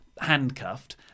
handcuffed